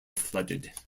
flooded